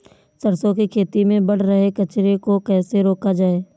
सरसों की खेती में बढ़ रहे कचरे को कैसे रोका जाए?